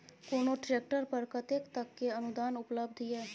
कोनो ट्रैक्टर पर कतेक तक के अनुदान उपलब्ध ये?